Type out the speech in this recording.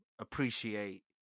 Appreciate